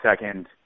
second